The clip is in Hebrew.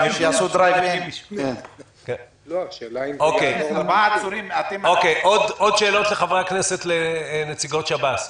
יש לחברי הכנסת עוד שאלות לנציגות שב"ס?